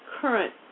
current